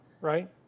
Right